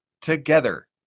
together